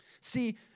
See